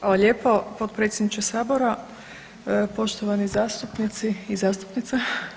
Hvala lijepo potpredsjedniče Sabora, poštovani zastupnici i zastupnice.